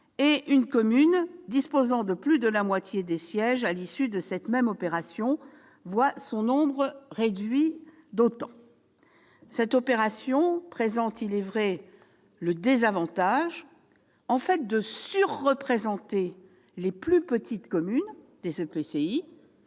et une commune disposant de plus de la moitié des sièges à l'issue de cette même opération voit sa représentation réduite d'autant. Cette opération présente, il est vrai, le désavantage de surreprésenter les plus petites communes de l'EPCI,